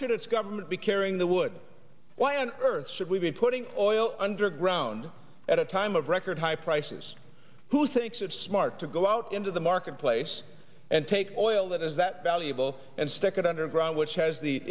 should its government be carrying the wood why on earth should we be putting oil underground at a time of record high prices who thinks it's smart to go out into the marketplace and take oil that is that valuable and stick it underground which has the